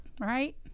right